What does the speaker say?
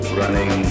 running